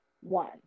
one